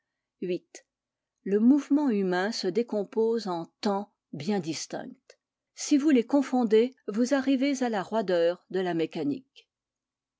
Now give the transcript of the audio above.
viii le mouvement humain se décompose en temps bien distincts si vous les confondez vous arrivez à la roideur de la mécanique